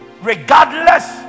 regardless